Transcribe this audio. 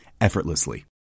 effortlessly